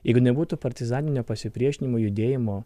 jeigu nebūtų partizaninio pasipriešinimo judėjimo